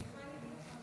אדוני היושב-ראש,